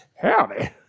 Howdy